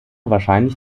wahrscheinlich